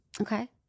Okay